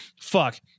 fuck